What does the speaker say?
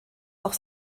auch